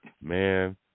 Man